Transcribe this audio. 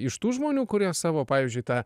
iš tų žmonių kurie savo pavyzdžiui tą